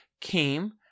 came